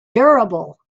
durable